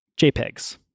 JPEGs